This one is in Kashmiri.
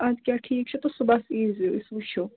اَدٕ کیٛاہ ٹھیٖک چھُ تہٕ صُبحَس ییٖزیٚو أسۍ وُچھَو